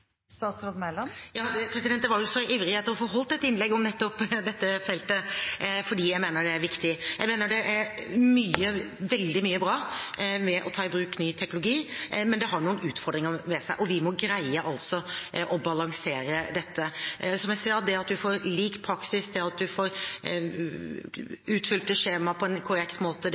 var jo så ivrig etter å få holdt et innlegg om nettopp dette feltet fordi jeg mener det er viktig. Jeg mener det er veldig mye bra ved å ta i bruk ny teknologi, men det har noen utfordringer ved seg, og vi må greie å balansere dette. Som jeg sa: Det at man får lik praksis, det at man får utfylt skjema på en korrekt måte,